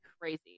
crazy